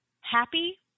happy